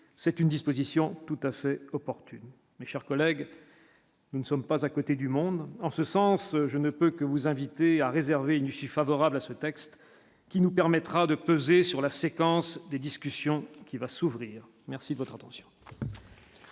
c'est une disposition tout à fait opportune, mes chers collègues. Nous ne sommes pas à côté du monde en ce sens, je ne peux que vous inviter à réserver une issue favorable à ce texte, qui nous permettra de peser sur la séquence des discussions qui va s'ouvrir, merci de votre attention.